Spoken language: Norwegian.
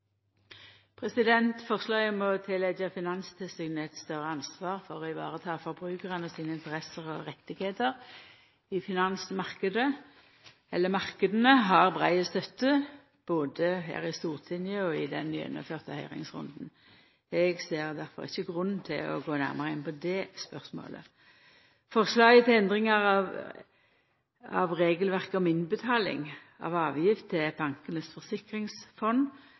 være. Forslaget om å leggja større ansvar på Finanstilsynet for forbrukarane sine interesser og rettar i finansmarknadene har brei støtte både i Stortinget og i den gjennomførte høyringsrunden. Eg ser difor ikkje nokon grunn til å gå nærmare inn på det spørsmålet. Forslaget til endringar av regelverket om innbetaling av avgift til